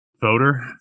voter